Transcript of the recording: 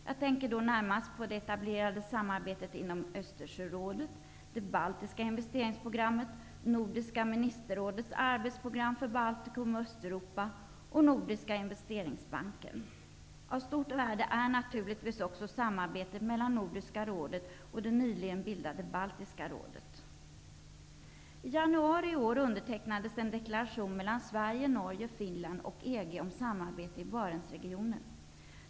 Jag tänker då närmast på det etablerade samarbetet inom Östersjörådet, det baltiska investeringsprogrammet, Nordiska ministerrådets arbetsprogram för Baltikum och Östeuropa och Nordiska investeringsbanken. Av stort värde är naturligtvis också samarbetet mellan Nordiska rådet och det nyligen bildade Baltiska rådet. I januari i år undertecknades en deklaration mellan Barentsregionen.